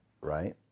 right